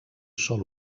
sol